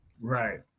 Right